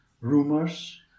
rumors